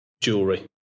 jewelry